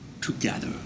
together